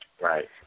Right